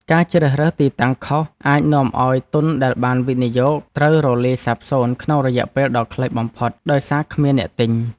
ការជ្រើសរើសទីតាំងខុសអាចនាំឱ្យទុនដែលបានវិនិយោគត្រូវរលាយសាបសូន្យក្នុងរយៈពេលដ៏ខ្លីបំផុតដោយសារគ្មានអ្នកទិញ។